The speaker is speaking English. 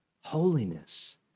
Holiness